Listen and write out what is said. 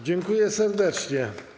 Dziękuję serdecznie.